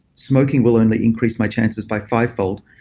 smoking will only increase my chances by fivefold.